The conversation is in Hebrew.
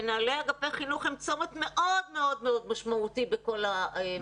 מנהלי אגפי החינוך הם צומת מאוד משמעותי בכל הנושא הזה.